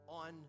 on